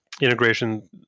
integration